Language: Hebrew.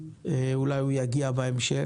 אולי הוא יגיע בהמשך.